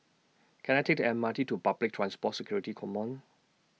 Can I Take The M R T to Public Transport Security Command